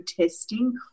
testing